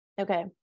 okay